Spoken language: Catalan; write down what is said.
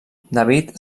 david